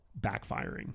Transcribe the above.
backfiring